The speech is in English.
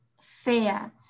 fair